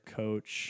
coach